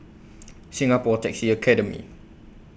Singapore Taxi Academy